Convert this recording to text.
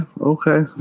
okay